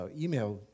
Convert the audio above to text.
email